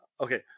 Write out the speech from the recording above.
okay